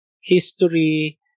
history